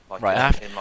Right